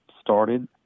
started